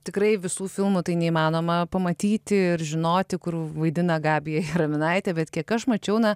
tikrai visų filmų tai neįmanoma pamatyti ir žinoti kur vaidina gabija jaraminaitė bet kiek aš mačiau na